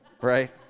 right